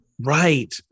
right